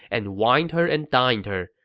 and wined her and dined her.